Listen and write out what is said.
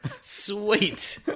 Sweet